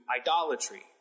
idolatry